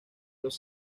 los